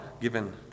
given